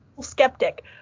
skeptic